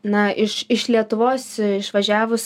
na iš iš lietuvos išvažiavus